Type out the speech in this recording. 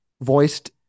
voiced